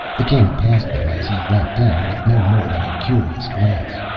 the king passed them as he went down with no more than a curious glance.